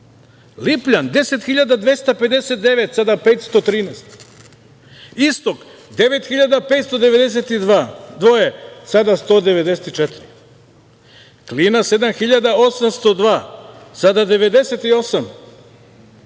Lipljan 10.259, sada 513, Istok 9.592, sada 194, Klina 7.802, sada 98,